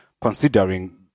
considering